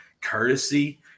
courtesy